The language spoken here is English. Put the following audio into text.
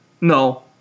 No